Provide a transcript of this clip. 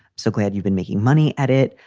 so glad you've been making money at it.